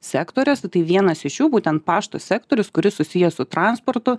sektoriuose tai vienas iš jų būtent pašto sektorius kuris susijęs su transportu